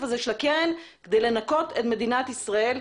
הזה של הקרן כדי לנקות את מדינת ישראל,